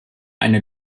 eine